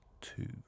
Two